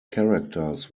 characters